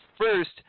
first